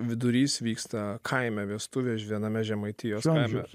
vidurys vyksta kaime vestuves ž viename žemaitijos kaime